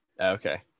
Okay